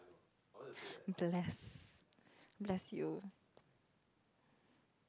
bless bless you